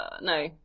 no